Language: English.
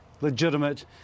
Legitimate